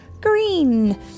green